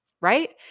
Right